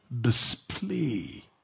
Display